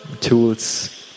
tools